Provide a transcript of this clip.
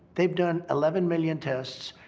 they've done eleven million tests.